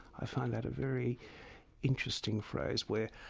i find that a very interesting phrase where